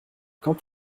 quand